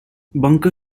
bunker